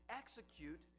execute